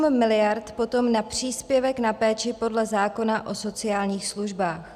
8 mld. potom na příspěvek na péči podle zákona o sociálních službách.